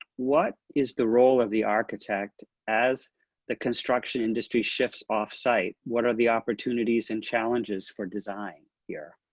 what is the role of the architect as the construction industry ships off-site? what are the opportunities and challenges for design here?